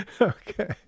Okay